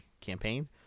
campaign